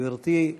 גברתי,